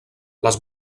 les